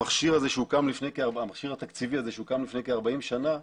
המכשיר התקציבי הזה שהוקם לפני כ-40 שנה,